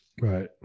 Right